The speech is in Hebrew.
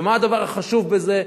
מה הדבר החשוב בזה?